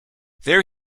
there